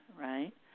right